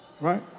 right